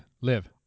Live